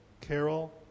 Carol